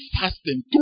fasting